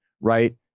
right